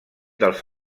dels